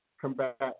combat